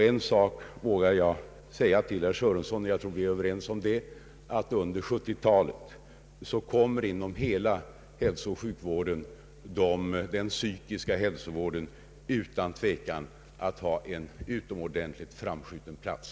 En sak vågar jag säga till herr Sörenson — och jag tror att vi är överens om det — nämligen att under 1970-talet kommer inom hela hälsooch sjukvården den psykiska hälsovården utan tvekan att ha en utomordentligt framskjuten plats.